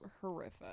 horrific